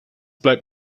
bleibt